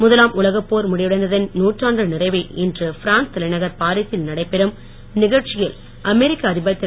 முதலாம் உலகப் போர் முடிவடைந்ததன் நூற்றாண்டு நிறைவை ஒட்டி இன்று பிரான்ஸ் தலைநகர் பாரீசில் நடைபெறும் நிகழ்ச்சியில் அமெரிக்க அதிபர் திரு